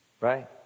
Right